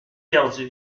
perdue